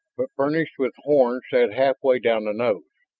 but furnished with horns set halfway down the nose,